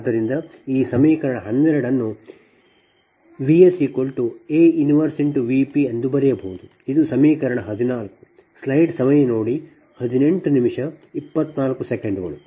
ಆದ್ದರಿಂದ ಈ ಸಮೀಕರಣ 12 ನ್ನು VsA 1Vp ಎಂದು ಬರೆಯಬಹುದು ಇದು ಸಮೀಕರಣ 14